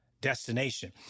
destination